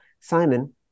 Simon